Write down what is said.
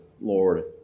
Lord